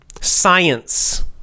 science